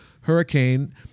hurricane